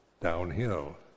downhill